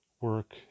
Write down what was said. work